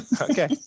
Okay